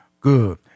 Good